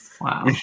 Wow